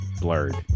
blurred